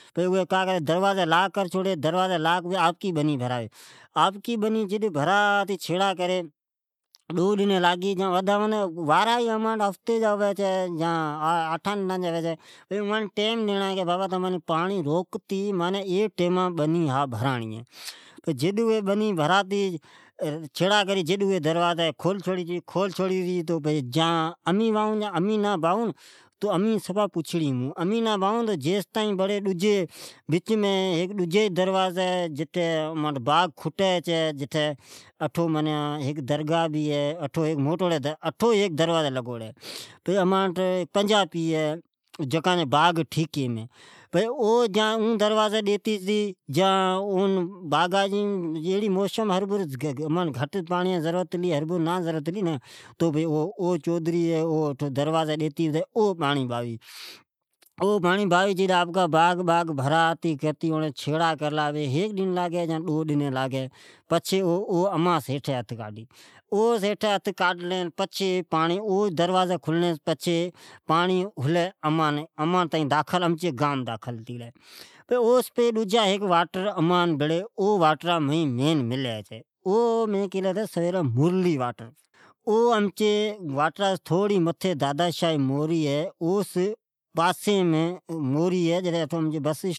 اوی کا کری تو اون دروازی لاک کر چھواری۔ پچھے آپکی بنی بھراوی ۔ پچھے آپکی بنی بھراتی چھڑا کر ۔پچھے ڈو ڈنی لاگی ودھم ودھ ۔اماٹھ وارا ھی ھفتی جا ھوی بچھے۔ یا تو آٹھا ڈنا جا ھوی چھے ۔ پچھے اوان ٹائیم ڈیئنڑا پڑی چھی کی بابا تمان پانڑ روکتی بنی ھابھرانڑی ھی۔ جڈ اوی بھراتی چھیڑا کری چھے ۔ پچھے دروازی کھل چھوری چھی۔ پچھی امی امی بائون چھون یا امین نہ بھائون پچھی کا تو امین سفا پچھڑی مین ھون اولے کرتے ۔امی نا بائو تو ھیک ڈجی دروازی بھی ھئ جٹھی باغ کٹھی چھی۔ اٹھو ھہیک درگاہ بھی ھے۔ اٹھو ھیک موٹوڑی درؤازی لگوڑی ۔ پچھی اماٹھ ھیک پنجابی ھی۔ جکا جا باغ ٹھیکی مین ھی۔ پچھی او اون دروازی ڈیتی ۔ جان باغا جی جیڑی موسم ایری موسم ہروبھرو امان گھٹ پاڑیا جی ضرورت ھلی ۔ہرون بھرون نا ضرورت ھی ھین تو او چودری ھی۔ او دروازی ڈیتی پتی او پانری باوی ، او پانری باوی ، اٹھو جکار ا آپکا باغ باغ بھراتی کرتی چھیڑا کرلا ھی ۔ ھیک ڈن لاگلا یا ڈو ڈن لاگی۔ پچھی او اماقن سامی ھیٹھی ھتھ کاڈی۔ اوس ھیٹھی ھتھ کاڈنری پچھی اون دروازی کھولنڑی پچھے پانڑی ہلی امان امان تائین داخل امچے گان مین داخل ھتی گلی ۔اوس پچھی ھیک ڈجا واٹر امان بڑی اوم مین ملی چھی تمان کیلی ھتے تو ھیک ڈجا واٹر ھی اوجی نان ھی مرلی واٹر، او امچی گان سی متھی دادا شاھ جی موری ھی اوجہ پاسیم جٹھی بطس ابھی چھی بھڑا